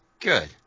Good